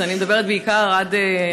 אני מדברת בעיקר עד,